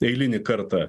eilinį kartą